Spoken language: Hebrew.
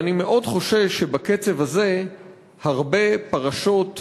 אבל אני מאוד חושש שבקצב הזה הרבה פרשות "הולילנד"